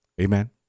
Amen